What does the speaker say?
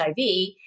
HIV